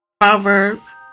Proverbs